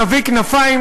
נביא כנפיים,